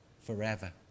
forever